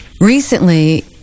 recently